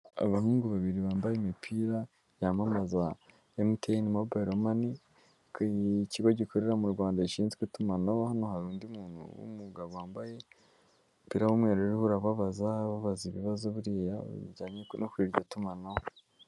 Abahungu babiri bambaye imipira yamamaza MTN MOBILE MONEY ku ikigo gikorera mu rwanda gishinzwe itumanaho hano hari undi muntu w'umugabo wambaye umupira w'umweru uriho urababaza ibibazo buriya bijyanye no kuri iryo tumanaho.